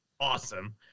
awesome